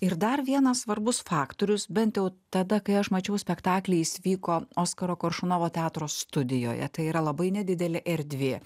ir dar vienas svarbus faktorius bent jau tada kai aš mačiau spektaklį jis vyko oskaro koršunovo teatro studijoje tai yra labai nedidelė erdvė